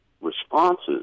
responses